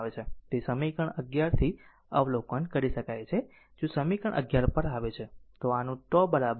તેથી તે સમીકરણ 11 થી અવલોકન કરી શકાય છે જો સમીકરણ 11 પર આવે છે તો આનું τ RC છે